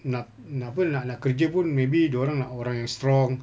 nak nak apa nak nak kerja pun maybe dia orang nak orang yang strong